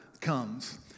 comes